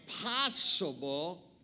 Impossible